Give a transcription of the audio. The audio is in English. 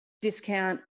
discount